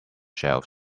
shelves